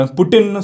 Putin